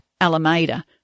Alameda